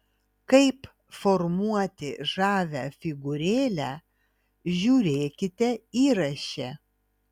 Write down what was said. kaip formuoti žavią figūrėlę žiūrėkite įraše